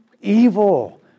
evil